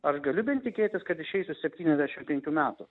ar gali bent tikėtis kad išeisiu septyniasdešim penkių metų